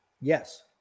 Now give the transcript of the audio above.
Yes